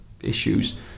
issues